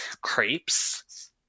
crepes